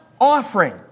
offering